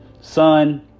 son